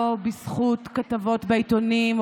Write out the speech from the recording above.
לא בזכות כתבות בעיתונים,